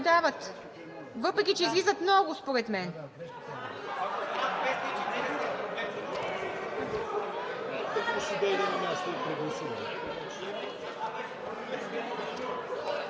въпреки че излизат много според мен.